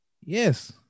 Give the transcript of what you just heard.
Yes